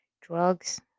drugs